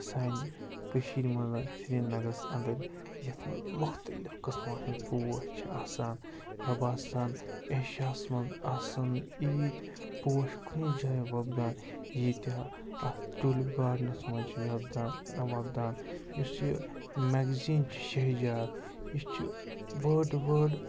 سانہِ کٔشیٖر مَنٛز سرینَگرَس اَنٛدٕر یَتھ منٛز مُختلِف قٕسمَو ہٕنٛدۍ پوش چھِ آسان مےٚ باسان ایشیاہَس منٛز آسَن ایٖتۍ پوش کُنہِ جایہِ وۄبدان ییٖتاہ اَتھ ٹوٗلِپ گاڈنَس منٛز چھِ وۄبدان وۄبدان یُس یہِ میگزیٖن چھِ شہجار یہِ چھِ وٲڈٕ ٹُو وٲڈ